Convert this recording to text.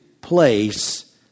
place